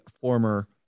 former